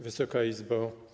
Wysoka Izbo!